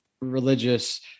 religious